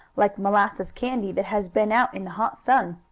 like molasses candy that has been out in the hot sun.